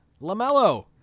LaMelo